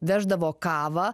veždavo kavą